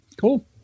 Cool